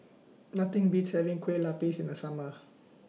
Nothing Beats having Kueh Lupis in The Summer